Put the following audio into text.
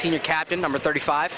senior captain number thirty five